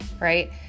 right